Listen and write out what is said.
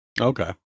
Okay